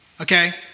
okay